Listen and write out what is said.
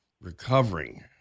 recovering